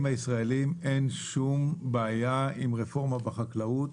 הישראלים אין שום בעיה עם רפורמה בחקלאות,